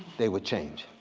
they would change.